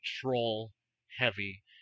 troll-heavy